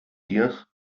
dir